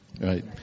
Right